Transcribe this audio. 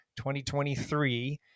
2023